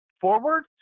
forward